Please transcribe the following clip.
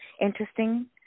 interesting